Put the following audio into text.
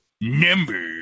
Number